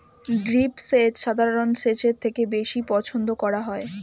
drip সেচ সাধারণ সেচের থেকে বেশি পছন্দ করা হয়